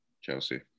Chelsea